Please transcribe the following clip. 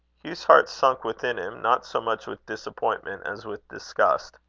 hugh's heart sunk within him, not so much with disappointment as with disgust.